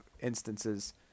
instances